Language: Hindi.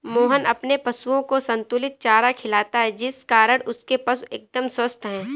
मोहन अपने पशुओं को संतुलित चारा खिलाता है जिस कारण उसके पशु एकदम स्वस्थ हैं